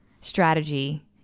strategy